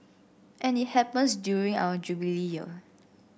and it happens during our Jubilee Year